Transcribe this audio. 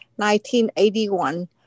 1981